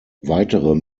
weitere